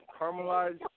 caramelized